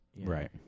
Right